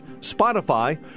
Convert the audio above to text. Spotify